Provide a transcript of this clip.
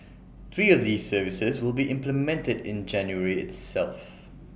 three of these services will be implemented in January itself